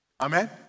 Amen